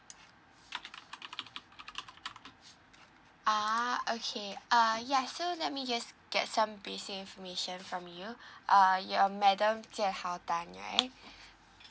ah okay err ya so let me just get some basic information from you err you're madam jianhao tan right